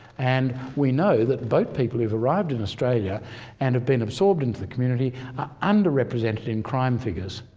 and we know that boat people who have arrived in australia and have been absorbed into the community are underrepresented in crime figures.